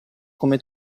come